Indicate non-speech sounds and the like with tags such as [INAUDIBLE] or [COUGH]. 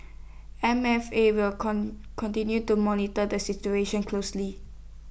M F A will [UNINTELLIGIBLE] continue to monitor the situation closely